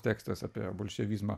tekstas apie bolševizmą